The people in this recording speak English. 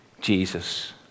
Jesus